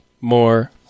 More